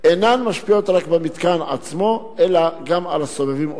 אינן משפיעות רק במתקן עצמו אלא גם על הסובבים אותו.